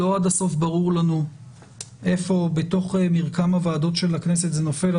לא עד הסוף ברור לנו איפה בתוך מרקם הוועדות של הכנסת זה נופל.